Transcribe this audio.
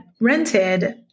rented